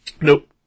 Nope